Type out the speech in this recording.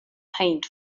paint